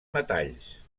metalls